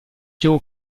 joe